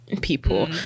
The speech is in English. people